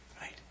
Right